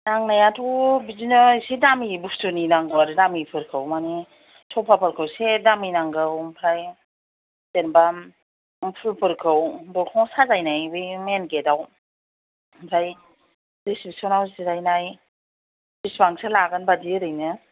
नांनायाथ' बिदिनो एसे दामि बुस्थुनि नांगौ आरो दामिफोरखौ माने सफाफोरखौ एसे दामि नांगौ ओमफ्राय जेन'बा फुलफोरखौ दरखंआव साजायनाय बे मेनगेटाव ओमफ्राय रिसेपसनाव जिरायनाय बिसिबांसो लागोन बायदि ओरैनो